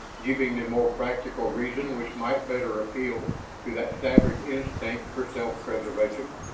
giving the more practical reason which might better appeal to that savage instinct for self-preservation.